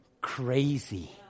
Crazy